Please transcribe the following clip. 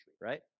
right